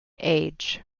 age